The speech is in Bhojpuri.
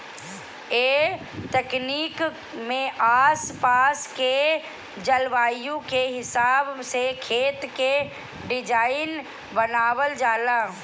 ए तकनीक में आस पास के जलवायु के हिसाब से खेत के डिज़ाइन बनावल जाला